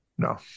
no